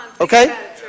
Okay